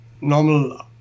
normal